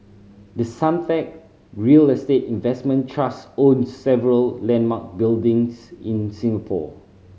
the Suntec real estate investment trust owns several landmark buildings in Singapore